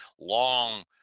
long